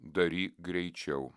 daryk greičiau